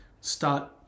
start